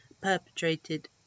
perpetrated